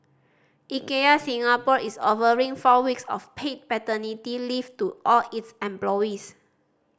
Ikea Singapore is offering four weeks of paid paternity leave to all its employees